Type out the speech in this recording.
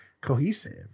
cohesive